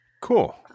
cool